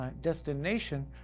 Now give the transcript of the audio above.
destination